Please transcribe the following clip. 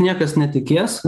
niekas netikės